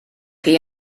chi